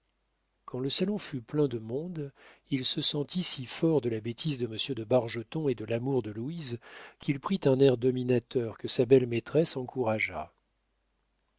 quand le salon fut plein de monde il se sentit si fort de la bêtise de monsieur de bargeton et de l'amour de louise qu'il prit un air dominateur que sa belle maîtresse encouragea